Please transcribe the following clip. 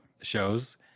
shows